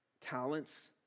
talents